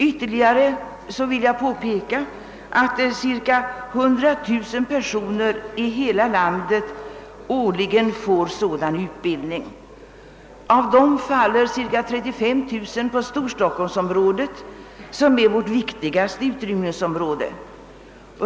Jag vill dessutom påpeka att cirka 100 000 personer i hela landet årligen får sådan utbildning. Av dessa bor cirka 35 000 i storstockholmsområdet, som är vårt viktigaste utrymningsområde.